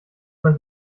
man